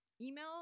email